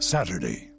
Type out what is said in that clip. Saturday